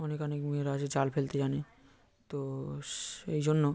অনেক অনেক মেয়েরা আছে জাল ফেলতে জানে তো সেই জন্য